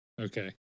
Okay